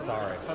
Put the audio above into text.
Sorry